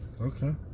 Okay